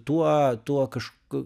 tuo tuo kažk